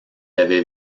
avait